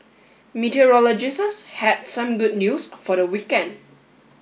had some good news for the weekend